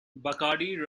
bacardi